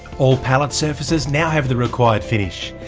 all pallet surfaces now have the required finish,